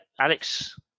Alex